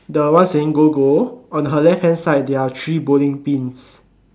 the one saying go go on her left hand side there are three bowling pins